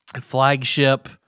flagship